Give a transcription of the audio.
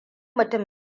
mutum